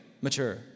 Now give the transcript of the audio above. mature